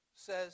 says